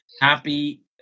Happy